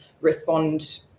respond